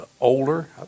older